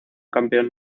campeón